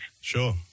Sure